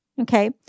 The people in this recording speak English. Okay